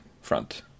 front